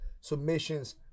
Submissions